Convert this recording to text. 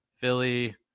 Philly